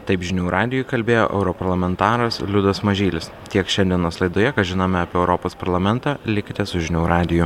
taip žinių radijui kalbėjo europarlamentaras liudas mažylis tiek šiandienos laidoje ką žinome apie europos parlamentą likite su žinių radiju